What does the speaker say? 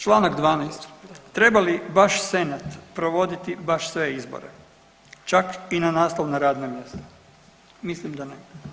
Čl. 12. treba li baš senat provoditi baš sve izbore, čak i na naslovna radna mjesta, mislim da ne.